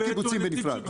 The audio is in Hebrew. אין קיבוצים בנפרד.